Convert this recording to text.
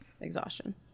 exhaustion